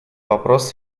вопрос